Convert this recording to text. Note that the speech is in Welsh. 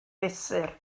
fesur